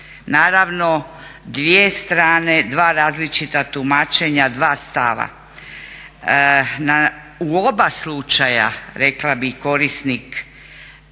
Naravno dvije strane, dva različita tumačenja, dva stava. U oba slučaja rekla bih korisnik